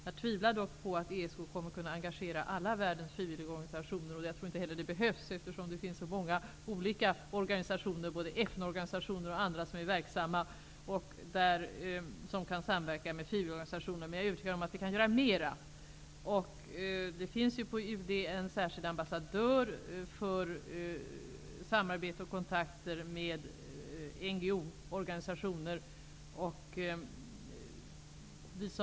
Jag tvivlar dock på att ESK kommer att kunna engagera alla världens frivilligorganisationer, men det behövs nog heller inte. Det finns ju så många olika organisationer, både FN-organisationer och andra, som är verksamma och som kan samverka med frivilligorganisationerna. Jag är dock övertygad om att vi kan göra mera. På UD finns det ju en särskild ambassadör för samarbete och kontakter med NGO organisationer.